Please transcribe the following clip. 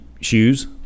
shoes